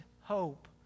hope